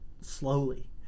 slowly